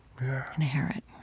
inherit